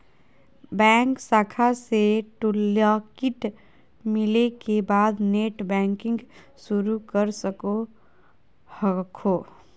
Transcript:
bank शाखा से toolkit मिले के बाद नेटबैंकिंग शुरू कर सको हखो